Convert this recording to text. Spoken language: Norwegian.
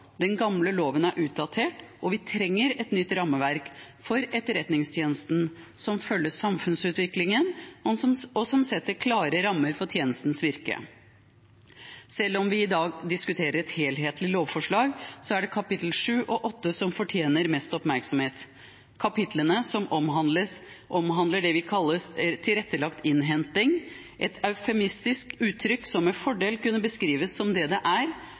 Den gamle loven er utdatert, og vi trenger et nytt rammeverk for Etterretningstjenesten som følger samfunnsutviklingen, og som setter klare rammer for tjenestens virke. Selv om vi i dag diskuterer et helhetlig lovforslag, er det kapittel 7 og 8 som fortjener mest oppmerksomhet, kapitlene som omhandler det vi kaller «tilrettelagt innhenting», et eufemistisk uttrykk som med fordel kunne blitt beskrevet som det det er: